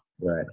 Right